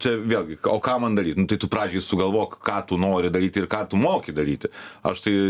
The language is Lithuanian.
čia vėlgi o ką man daryt nu tai tu pradžiai sugalvok ką tu nori daryt ir ką tu moki daryti aš tai